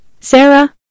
Sarah